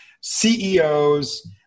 CEOs